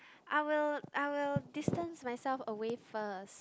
I will I will distance myself away first